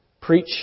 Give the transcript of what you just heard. preach